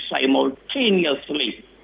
simultaneously